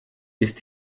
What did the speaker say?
ist